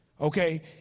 Okay